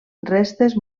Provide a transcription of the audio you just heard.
restes